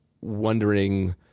wondering